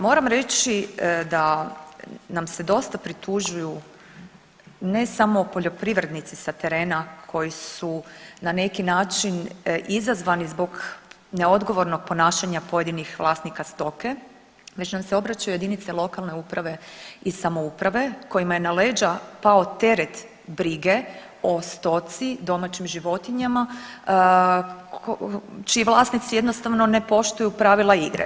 Moram reći da nam se dosta pritužuju ne samo poljoprivrednici sa terena koji su na neki način izazvani zbog neodgovornog ponašanja pojedinih vlasnika stoke, već nam se obraćaju lokalne jedinice uprave i samouprave kojima je na leđa pao teret brige o stoci, domaćim životinjama čiji vlasnici jednostavno ne poštuju pravila igre.